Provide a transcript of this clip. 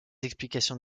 explications